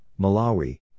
Malawi